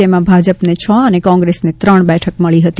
જેમાં ભાજપને છ અને કોંગ્રેસને ત્રણ બેઠક મળી હતી